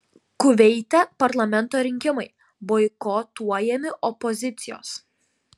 kuveite parlamento rinkimai boikotuojami opozicijos